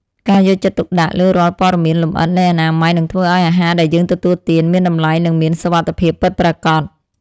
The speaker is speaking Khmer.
ការយកចិត្តទុកដាក់លើរាល់ព័ត៌មានលម្អិតនៃអនាម័យនឹងធ្វើឱ្យអាហារដែលយើងទទួលទានមានតម្លៃនិងមានសុវត្ថិភាពពិតប្រាកដ។